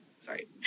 Sorry